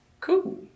cool